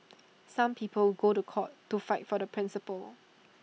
some people go to court to fight for their principles